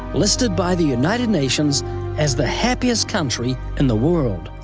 listed by the united nations as the happiest country in the world.